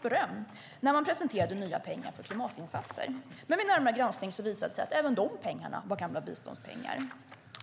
beröm när man presenterade nya pengar för klimatinsatser. Men vid en närmare granskning visade det sig att även dessa pengar var gamla biståndspengar.